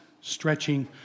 stretching